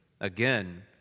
again